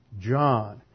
John